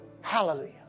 hallelujah